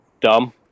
dumb